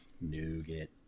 Nougat